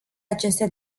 aceste